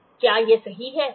क्या यह सही है